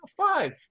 five